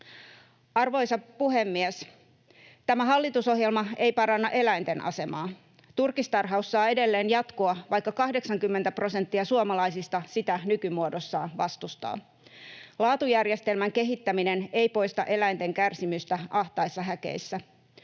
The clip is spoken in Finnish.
Arvoisa puhemies! Tämä hallitusohjelma ei paranna eläinten asemaa. Turkistarhaus saa edelleen jatkua, vaikka 80 prosenttia suomalaisista sitä nykymuodossaan vastustaa. Laatujärjestelmän kehittäminen ei poista eläinten kärsimystä ahtaissa häkeissä.